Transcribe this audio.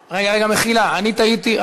רגע, רגע, מחילה, אני טעיתי.